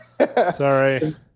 Sorry